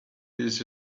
his